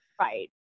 Right